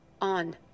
on